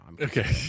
Okay